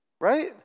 Right